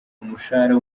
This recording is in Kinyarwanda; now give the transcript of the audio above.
umushahara